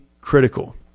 critical